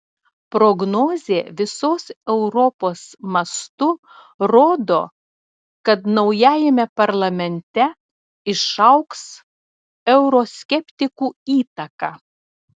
prognozė visos europos mastu rodo kad naujajame parlamente išaugs euroskeptikų įtaka